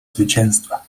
zwycięstwa